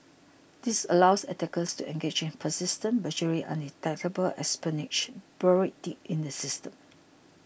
this allows attackers to engage in persistent virtually undetectable espionage buried deep in the system